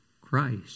Christ